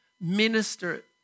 minister